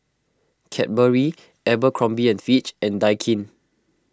Cadbury Abercrombie and Fitch and Daikin